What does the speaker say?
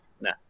no